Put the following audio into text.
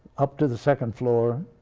up to the second floor,